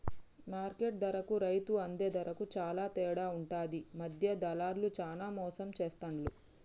market ధరకు రైతు అందే ధరకు చాల తేడా ఉంటది మధ్య దళార్లు చానా మోసం చేస్తాండ్లు